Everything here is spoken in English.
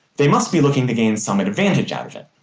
they must be looking to gain some advantage out of it.